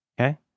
okay